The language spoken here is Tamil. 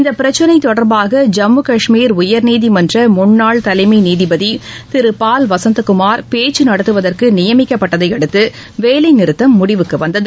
இந்த பிரச்சினை தொடர்பாக ஜம்மு கஷ்மீர் உயர்நீதிமன்ற முன்னாள் தலைமை நீதிபதி திரு பால் வசந்தகுமார் பேச்சு நடத்துவதற்கு நியமிக்கப்பட்டதையடுத்து வேலைநிறுத்தம் முடிவுக்கு வந்தது